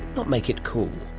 not make it cool.